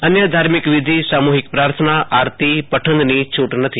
અન્ય ધાર્મિક વિઘિ સામૂહિક પ્રાર્થનાઆરતીપઠનની છૂટ નથી